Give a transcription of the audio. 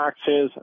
taxes